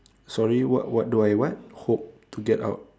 sorry what what do I what hope to get out